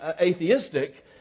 atheistic